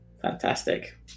Fantastic